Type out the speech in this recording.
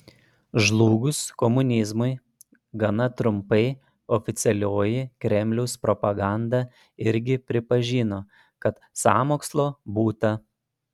žlugus komunizmui gana trumpai oficialioji kremliaus propaganda irgi pripažino kad sąmokslo būta